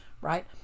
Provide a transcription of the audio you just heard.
Right